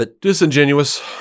disingenuous